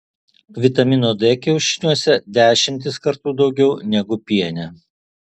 vitamino d kiaušiniuose dešimtis kartų daugiau negu piene